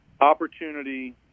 opportunity